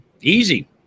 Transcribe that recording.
easy